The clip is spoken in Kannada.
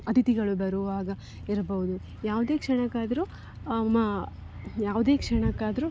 ಅತಿಥಿಗಳು ಬರುವಾಗ ಇರಬಹುದು ಯಾವುದೇ ಕ್ಷಣಕ್ಕಾದರೂ ಮ ಯಾವುದೇ ಕ್ಷಣಕ್ಕಾದರೂ